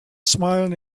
smiling